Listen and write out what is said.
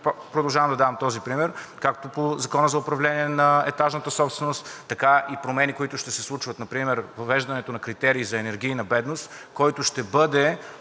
продължавам да давам този например, както по Закона за управление на етажната собственост, така и промени, които ще се случват, например въвеждането на критерий за енергийна бедност, с който ще бъде